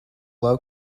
low